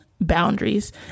boundaries